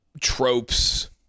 tropes